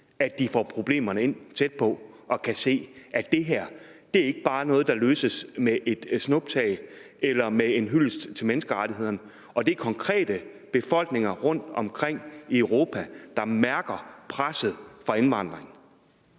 de får problemerne tæt på og kan se, at det her ikke bare er noget, der løses med et snuptag eller med en hyldest til menneskerettighederne. Og det er konkrete befolkninger rundtomkring i Europa, der mærker presset fra indvandringen.